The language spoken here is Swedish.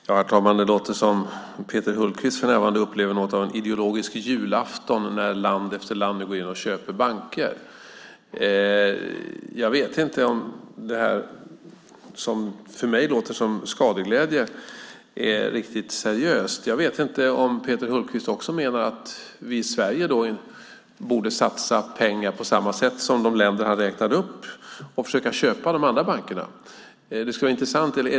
Herr talman! Det låter som om Peter Hultqvist för närvarande upplever något av en ideologisk julafton när land efter land går in och köper banker. Jag vet inte om det som för mig låter som skadeglädje är riktigt seriöst. Jag vet inte om Peter Hultqvist menar att vi i Sverige borde satsa pengar på samma sätt som de länder han räknade upp och försöka köpa de andra bankerna.